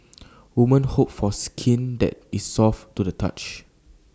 woman hope for skin that is soft to the touch